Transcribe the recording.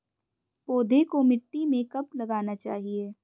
पौधे को मिट्टी में कब लगाना चाहिए?